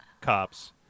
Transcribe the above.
cops